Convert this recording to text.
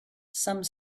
some